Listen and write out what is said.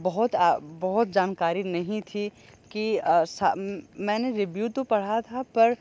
बहुत बहुत जानकारी नहीं थी की मैंने रिव्यू तो पढ़ा था पर